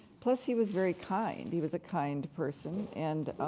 plus he was very kind, he was a kind person. and